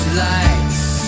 lights